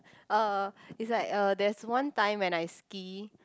uh it's like uh there's one time when I ski